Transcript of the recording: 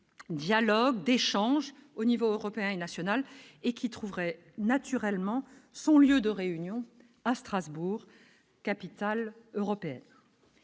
dialogue, d'échanges au niveau européen et national et qui trouveraient naturellement son lieu de réunion à Strasbourg capitale européenne.